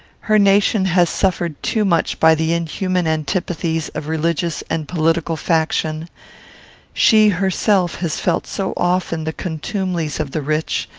her nation has suffered too much by the inhuman antipathies of religious and political faction she, herself, has felt so often the contumelies of the rich,